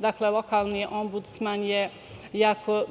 Dakle, lokalni ombudsman je jako